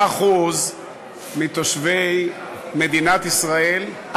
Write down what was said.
10% מתושבי מדינת ישראל,